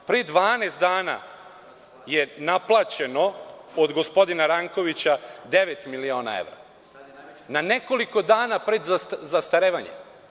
Pre 12 dana je naplaćeno od gospodina Rankovića 9 miliona evra, na nekoliko dana pred zastarevanje.